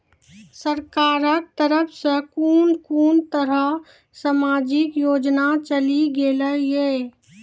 सरकारक तरफ सॅ कून कून तरहक समाजिक योजना चलेली गेलै ये?